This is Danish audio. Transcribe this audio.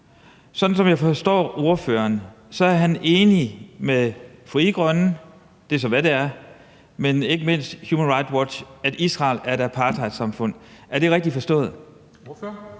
Sådan som jeg forstår ordføreren, er han enig med Frie Grønne – det er så, hvad det er – og ikke mindst Human Rights Watch i, at Israel er et apartheidsamfund. Er det rigtigt forstået?